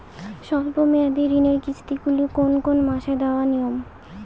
স্বল্প মেয়াদি ঋণের কিস্তি গুলি কোন কোন মাসে দেওয়া নিয়ম?